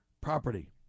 property